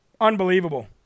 Unbelievable